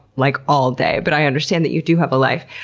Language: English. like all day, but i understand that you do have a life.